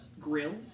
grill